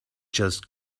just